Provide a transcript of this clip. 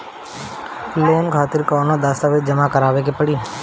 Loan खातिर कौनो दस्तावेज जमा करावे के पड़ी?